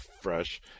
fresh